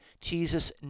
Jesus